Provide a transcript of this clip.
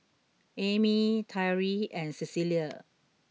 Amie Tyree and Cecilia